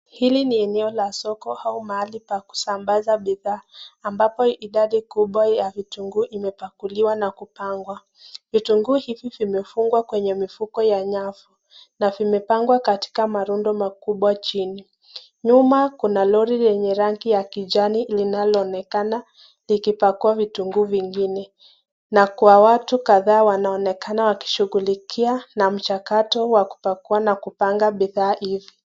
Hili ni eneo la soko au mahali pa kusambaza ambapo idadi kubwa ya vitungu imepakuliwa na kupangwa vimebandikwa nakupangwa vutunguu vimefungwa kwenye mifuko ya nyafu na vimepangwa katika marundo makubwa chini nyuma kuna Lori lenye rangi ya kijani linaonekana likipakua vitunguu vingine na kwa watu kadhaa wanaonekana wakishugulukia na mchakato wa kuingia na kupanga bidhaa hivi.